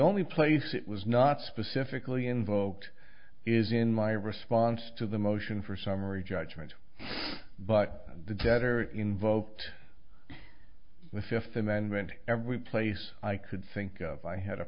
only place it was not specifically invoked is in my response to the motion for summary judgment but the debtor invoked the fifth amendment every place i could think of i had a